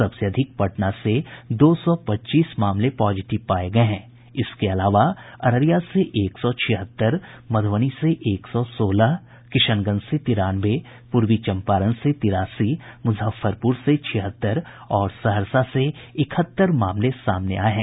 सबसे अधिक पटना से दो सौ पच्चीस मामले पॉजिटिव पाये गये हैं इसके अलावा अररिया से एक सौ छिहत्तर मधुबनी से एक सौ सोलह किशनगंज से तिरानवे पूर्वी चंपारण से तिरासी मुजफ्फरपुर से छिहत्तर और सहरसा से इकहत्तर मामले सामने आये हैं